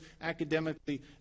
academically